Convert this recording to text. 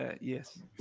Yes